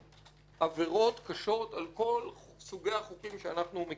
עבירות קשות על כל סוגי החוקים שאנחנו מכירים אותם.